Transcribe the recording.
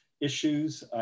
issues